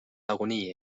nagunii